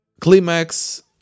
Climax